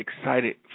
excited